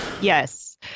Yes